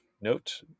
note